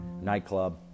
nightclub